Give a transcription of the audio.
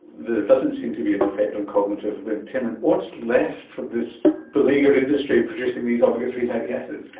there doesn't seem to be an effect on cognitive impairment. what is left for this beleaguered industry producing these omega three fatty acids?